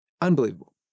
Unbelievable